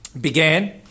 began